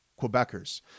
Quebecers